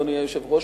אדוני היושב-ראש,